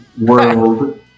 world